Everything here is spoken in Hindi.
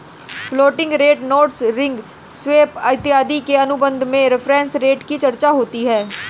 floating rate notes ring swap इत्यादि के अनुबंध में रेफरेंस रेट की चर्चा होती है